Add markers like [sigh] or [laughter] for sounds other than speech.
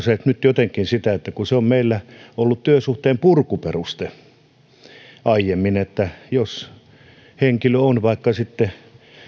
[unintelligible] se nyt jotenkin sitä kun se on meillä ollut työsuhteen purkuperuste aiemmin jos henkilö on vaikka sitten